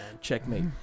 Checkmate